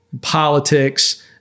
politics